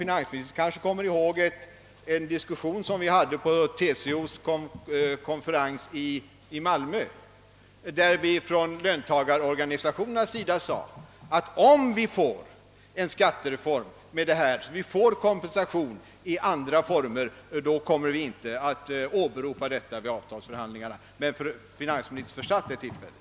Finansministern kanske kommer ihåg en diskussion som vi hade på en TCO-stämma i Malmö, där vi från löntagarhåll sade, att om vi får en skattereform som ger oss kompensation i andra former, så kommer vi inte att åberopa detta vid avtalsförhandlingarna; Men finansministern försatt det tillfället.